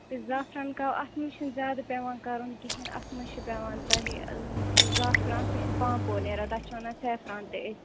سُہ چھُ زعفران قٔہوٕ اَتھ منٛز چھِنہٕ زیادٕ پٮ۪وان کَرُن کِہیٖنٛۍ اَتھ منٛز چھُ پٮ۪وان تۄہہِ سُہ زعفران سُہ چھُ پانٛپور نٮ۪ران تَتھ چھِ وَنان سیفران تہِ أسۍ